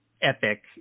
epic